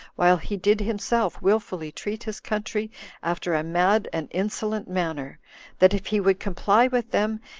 while he did himself willfully treat his country after a mad and insolent manner that if he would comply with them,